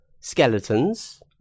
skeletons